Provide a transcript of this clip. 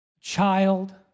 child